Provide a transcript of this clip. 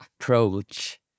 approach